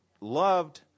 loved